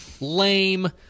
lame